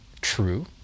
true